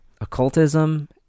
occultism